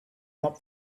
not